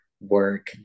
work